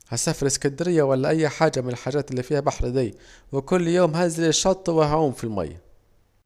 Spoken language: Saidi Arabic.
هسافر اسكندرية ولا أي حاجة من الحاجات الي فيها بحر ديه، وكل يوم هنزل الشط وهعوم في المياه